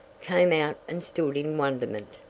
came out and stood in wonderment,